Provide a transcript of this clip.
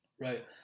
Right